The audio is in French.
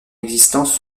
existence